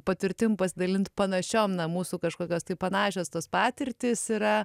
patirtim pasidalint panašiom na mūsų kažkokios tai panašios tos patirtys yra